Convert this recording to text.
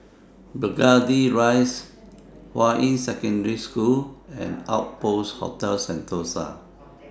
Burgundy Rise Hua Yi Secondary School and Outpost Hotel Sentosa